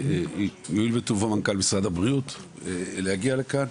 יואיל בטובו מנכ"ל משרד הבריאות להגיע לכאן.